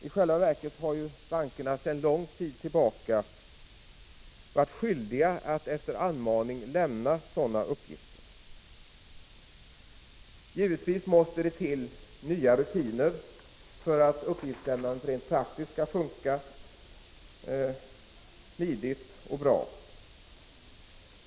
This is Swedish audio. I själva verket har bankerna sedan lång tid tillbaka varit skyldiga att efter anmaning lämna sådana uppgifter. Givetvis måste det till nya rutiner för att uppgiftslämnandet rent praktiskt skall fungera smidigt och bra.